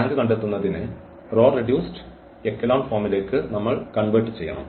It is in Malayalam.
റാങ്ക് കണ്ടെത്തുന്നതിന് റോ റെഡ്യൂസ്ഡ് എക്കലൻ ഫോമിലേക്ക് നമ്മൾ കൺവെർട്ട് ചെയ്യണം